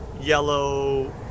yellow